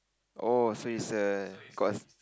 oh so it's a got